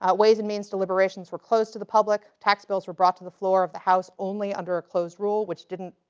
ah ways and means deliberations were closed to the public, tax bills were brought to the floor of the house only under a closed rule which didn't